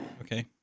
Okay